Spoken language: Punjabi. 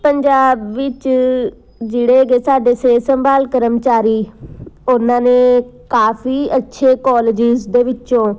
ਪੰਜਾਬ ਵਿੱਚ ਜਿਹੜੇ ਕਿ ਸਾਡੇ ਸਿਹਤ ਸੰਭਾਲ ਕਰਮਚਾਰੀ ਉਨ੍ਹਾਂ ਨੇ ਕਾਫੀ ਅੱਛੇ ਕੋਲਜਿਸ ਦੇ ਵਿੱਚੋਂ